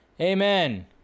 Amen